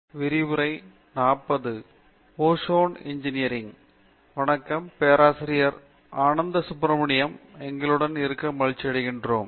பேராசிரியர் பிரதாப் ஹரிதாஸ் வணக்கம் பேராசிரியர் ஆனந்த சுப்ரமணியம் எங்களுடன் இருக்க மகிழ்ச்சியடைகிரோம்